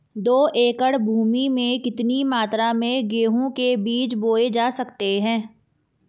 दो एकड़ भूमि में कितनी मात्रा में गेहूँ के बीज बोये जा सकते हैं?